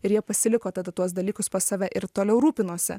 ir jie pasiliko tada tuos dalykus pas save ir toliau rūpinosi